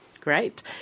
Great